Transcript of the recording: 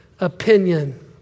opinion